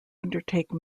undertake